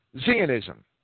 Zionism